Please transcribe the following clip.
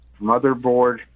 motherboard